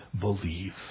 believe